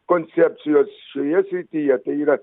koncepcijos šioje srityje tai yra